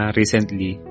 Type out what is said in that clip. recently